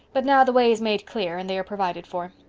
but now the way is made clear and they are provided for.